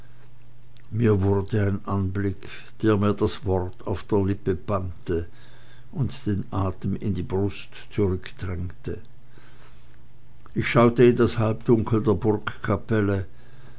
mir wurde ein anblick der mir das wort auf der lippe bannte und den atem in die brust zurückdrängte ich schaute in das halbdunkel der